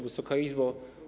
Wysoka Izbo!